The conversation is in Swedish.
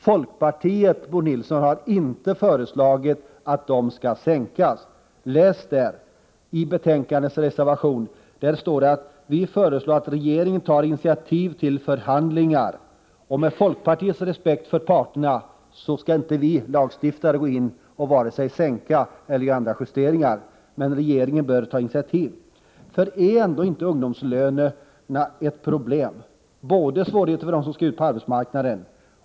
Folkpartiet har inte föreslagit att de skall sänkas. I reservationen i betänkandet står det att vi föreslår att regeringen tar initiativ till förhandlingar. Vi inom folkpartiet, som har 95 respekt för parterna, anser att lagstiftaren inte skall vare sig sänka eller göra andra justeringar — men regeringen bör ta sådana initiativ till överläggningar. Är ändå inte ungdomslönerna ett problem? Det finns svårigheter för dem som skall ut på arbetsmarknaden.